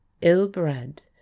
ill-bred